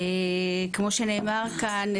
כמו שנאמר כאן,